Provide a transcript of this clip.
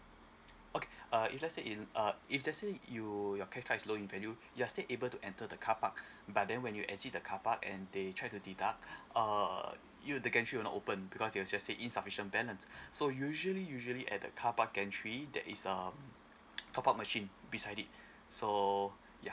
okay uh if let's say in uh if let's say you your cash card is low in value you're still able to enter the carpark but then when you exit the carpark and they try to deduct uh it'll the gantry will not open because they will just say insufficient balance so usually usually at the carpark entry there is um top up machine beside it so yeah